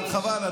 אבל חבל,